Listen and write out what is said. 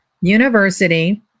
University